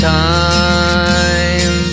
time